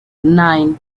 nine